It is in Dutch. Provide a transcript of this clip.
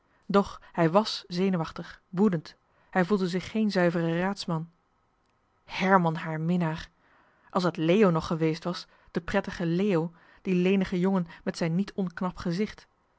doch hij was zenuwachtig woedend hij voelde zich geen zuiveren raadsman herman haar minnaar als het leo nog geweest was de prettige leo die lenige jongen met zijn niet onknap gezicht